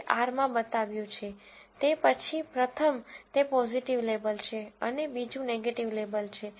તે R માં બતાવવામાં આવ્યું છે તે પછી પ્રથમ તે પોઝીટિવ લેબલ છે અને બીજું નેગેટીવ લેબલ છે